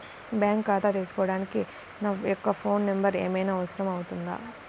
Bank ఖాతా తీసుకోవడానికి నా యొక్క ఫోన్ నెంబర్ ఏమైనా అవసరం అవుతుందా?